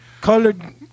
colored